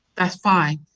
that's fine.